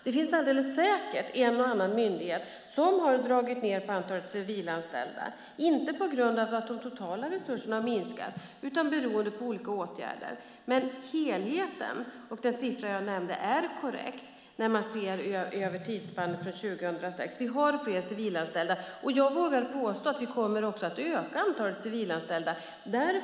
Det finns alldeles säkert en och annan myndighet som har dragit ned på antalet civilanställda, inte på grund av att de totala resurserna har minskat utan beroende på olika åtgärder. Men helheten och den siffra jag nämnde är korrekt när man ser över tidsspannet från 2006. Vi har fler civilanställda. Jag vågar påstå att vi också kommer att öka antalet civilanställda.